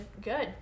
good